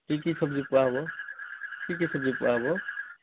কি কি চব্জি পোৱা হ'ব কি কি চব্জি পোৱা হ'ব